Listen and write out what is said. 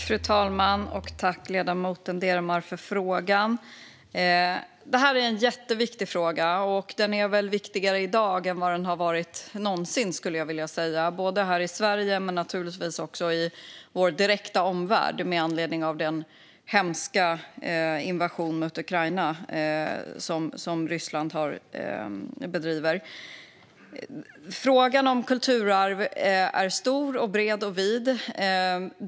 Fru talman! Tack, ledamoten Deremar, för frågan! Detta är en jätteviktig fråga. Den är viktigare i dag än vad den någonsin har varit, skulle jag vilja säga, både här i Sverige och i Sveriges direkta omvärld, med anledning av den hemska invasion av Ukraina som Ryssland bedriver. Frågan om kulturarv är stor och bred.